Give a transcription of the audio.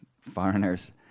foreigners